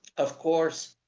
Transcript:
of course,